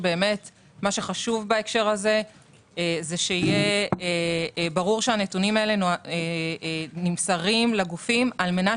חשוב בהקשר הזה שיהיה ברור שהנתונים האלה נמסרים לגופים על מנת